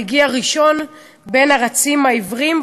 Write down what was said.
והגיע ראשון בין הרצים העיוורים,